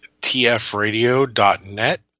TFRadio.net